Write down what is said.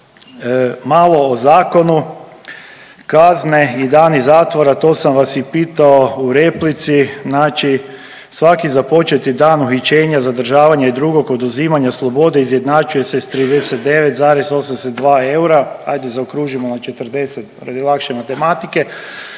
Malo o zakonu. Kazne i dani zatvora, to sam vas i pitao u replici. Znači svaki započeti dan uhićenja, zadržavanja i drugog oduzimanja slobode izjednačuje se s 39,82 eura, ajde, zaokružimo na 40 radi lakše matematike.